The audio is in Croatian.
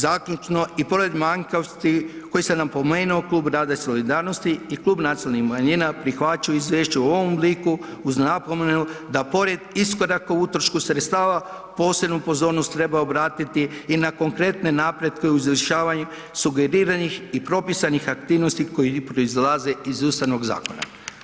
Zaključno, i pored manjkavosti koje sam napomenuo Klub rada i solidarnosti i Klub nacionalnih manjina prihvaćaju izvješće u ovom obliku uz napomenu da pored iskoraka o utrošku sredstava posebnu pozornost treba obratiti i na konkretne napretke u izvršavanju sugeriranih i propisanih aktivnosti koji proizilaze iz Ustavnog zakona.